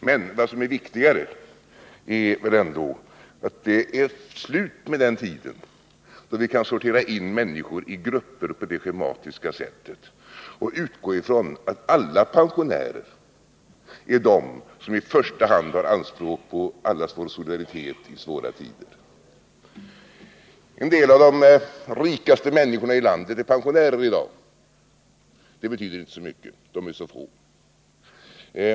Men vad som är viktigare är väl ändå att det är slut med den tid då vi kunde sortera in människor i grupper på det schematiska sättet. Vi kan inte utgå från att alla pensionärer har anspråk på allas vår solidaritet i svåra tider. En del av de rikaste människorna i landet är i dag pensionärer. Det betyder inte så mycket — de är så få.